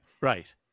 Right